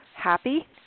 happy